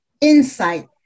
insight